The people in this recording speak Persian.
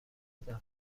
دفترچه